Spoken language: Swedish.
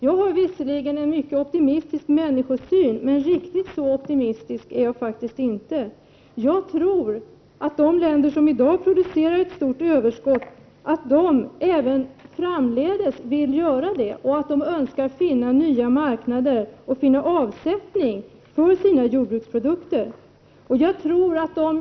Jag har visserligen en mycket optimistisk människosyn men riktigt så optimistisk är jag faktiskt inte. Jag tror att de länder som i dag producerar ett stort överskott även framdeles vill göra det. De önskar finna nya marknader och finna avsättning för sina jordbruksprodukter.